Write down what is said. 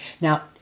Now